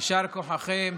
יישר כוחכם.